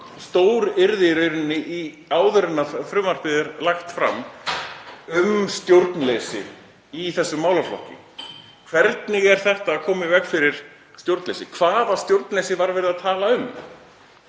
stóryrði áður en frumvarpið er lagt fram um stjórnleysi í þessum málaflokki. Hvernig er þetta að koma í veg fyrir stjórnleysi? Hvaða stjórnleysi var verið að tala um?